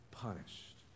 punished